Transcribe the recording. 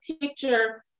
picture